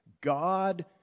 God